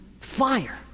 fire